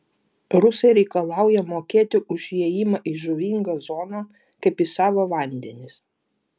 rusai reikalauja mokėti už įėjimą į žuvingą zoną kaip į savo vandenis